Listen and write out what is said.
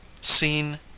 seen